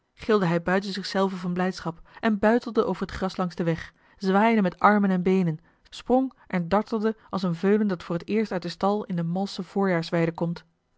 gilde hij buiten zichzelven van blijdschap en buitelde over het gras langs den weg zwaaide met armen en beenen sprong en dartelde als een veulen dat voor het eerst uit den stal in de malsche voorjaarsweide komt